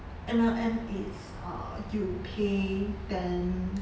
M_L_M is uh you pay then